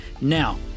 now